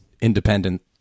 independent